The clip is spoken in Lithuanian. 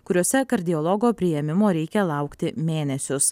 kuriose kardiologo priėmimo reikia laukti mėnesius